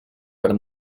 per